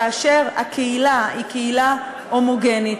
כאשר הקהילה היא קהילה הומוגנית,